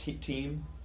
team